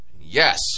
Yes